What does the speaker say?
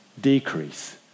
decrease